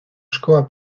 szkoła